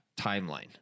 timeline